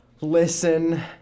listen